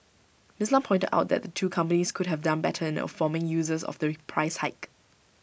miss Lam pointed out that the two companies could have done better in informing users of the reprice hike